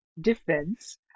defense